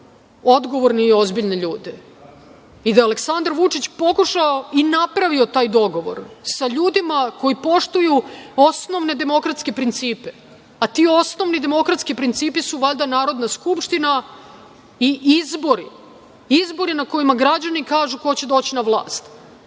odgovorne i ozbiljne ljude. Aleksandar Vučić je pokušao i napravio je taj dogovor sa ljudima koji poštuju osnovne demokratske principe, a ti osnovni demokratski principi su valjda Narodna skupština i izbori, izbori na kojima građani kažu ko će doći na vlast,